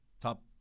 top